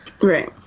Right